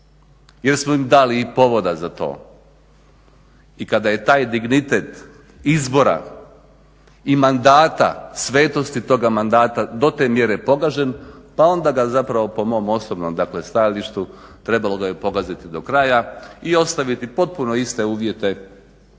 jer smo im dali i povoda za to. I kada je taj dignitet izbora i mandata svetosti toga mandata do te mjere pogažen pa onda ga zapravo po mom osobnom dakle stajalištu trebalo ga je pogaziti do kraja i ostaviti potpuno iste uvjete